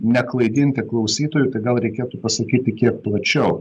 neklaidinti klausytojų tai gal reikėtų pasakyti kiek plačiau